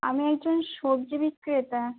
আমি একজন সবজি বিক্রেতা